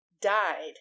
died